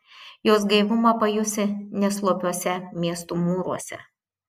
jos gaivumą pajusi ne slopiuose miestų mūruose